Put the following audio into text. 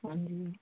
ਹਾਂਜੀ